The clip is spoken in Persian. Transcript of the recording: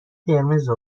قرمز